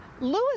Lewis